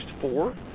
four